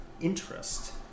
interest